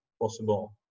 possible